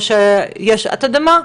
או שאולי אתם יודעים מה,